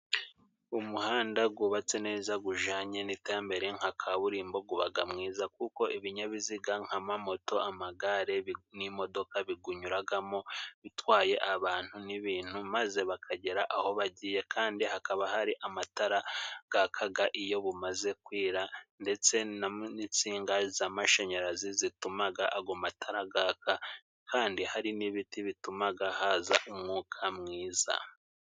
Umuhanda gubatse neza gujanye n'iterambere nka kaburimbo, gubaga mwiza kuko ibinyabiziga nk'ama moto, amagare, bi n'imodoka bigunyuragamo bitwaye abantu n'ibintu, maze bakagera aho bagiye. Kandi hakaba hari amatara gakaga iyo bumaze kwira ndetse n'ama n'insinga z'amashanyarazi, zitumaga ago matara gaka kandi hari n'ibiti bitumaga haza umwuka mwiza.